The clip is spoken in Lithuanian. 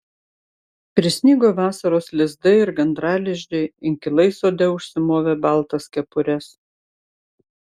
prisnigo vasaros lizdai ir gandralizdžiai inkilai sode užsimovė baltas kepures